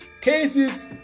cases